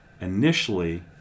initially